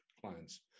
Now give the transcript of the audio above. clients